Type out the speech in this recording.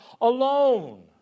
alone